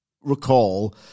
recall